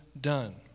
done